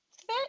fit